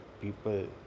people